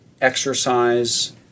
exercise